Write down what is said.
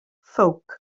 ffowc